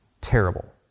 Terrible